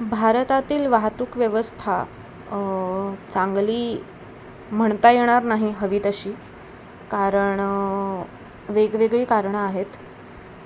भारतातील वाहतूक व्यवस्था चांगली म्हणता येणार नाही हवी तशी कारण वेगवेगळी कारणं आहेत